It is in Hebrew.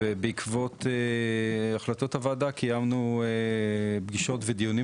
ובעקבות החלטות הוועדה קיימנו פגישות ודיונים